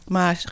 Maar